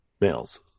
males